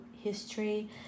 history